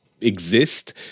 exist